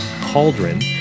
Cauldron